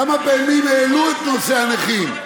כמה פעמים העלו את נושא הנכים?